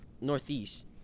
northeast